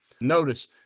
Notice